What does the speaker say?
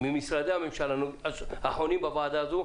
ממשרדי הממשלה החונים הוועדה הזו,